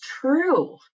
true